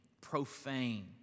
Profane